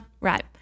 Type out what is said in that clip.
right